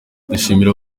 ndashimira